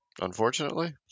unfortunately